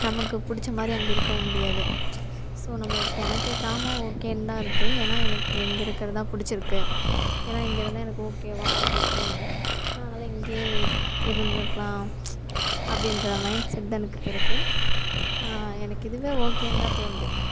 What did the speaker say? நமக்கு பிடிச்ச மாதிரி அங்கே இருக்க முடியாது ஸோ நம்மளுக்கு எனக்கு கிராமம் ஓகேனு தான் இருக்குது ஏன்னா எனக்கு இங்கே இருக்கிறது தான் பிடிச்சிருக்கு ஏன்னா இங்கே இருந்தால் எனக்கு ஓகேவா அப்படி தோணுது நான் அதனால் இங்கேயே இருந்துருக்கலாம் அப்படீன்ற மைண்ட் செட் தான் எனக்கு இப்போ இருக்குது எனக்கு இதுவே ஓகேனு தான் தோணுது